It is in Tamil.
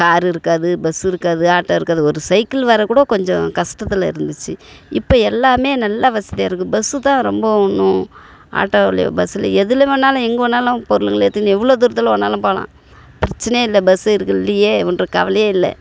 கார் இருக்காது பஸ் இருக்காது ஆட்டோ இருக்காது ஒரு சைக்கிள் வரக்கூட கொஞ்சம் கஷ்டத்துல இருந்துச்சு இப்போ எல்லாமே நல்ல வசதியாக இருக்குது பஸ்ஸுதான் ரொம்ப இன்னும் ஆட்டோவிலயோ பஸ்ஸில் எதில் வேணாலும் எங்கே வேணாலும் பொருளுங்களை ஏற்றுன்னு எவ்வளோ தூரத்தில் வேணாலும் போகலாம் பிரச்சினையே இல்லை பஸ் இருக்குது இல்லையே என்ற கவலையே இல்லை